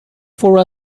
for